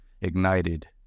ignited